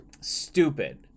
Stupid